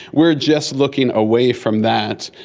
we are just looking away from that,